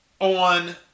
on